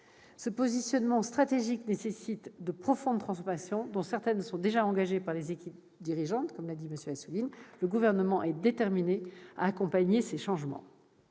Ce positionnement stratégique nécessite de profondes transformations, dont certaines sont déjà engagées par les équipes dirigeantes, comme l'a rappelé M. Assouline. Le Gouvernement est déterminé à accompagner ces changements.